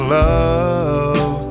love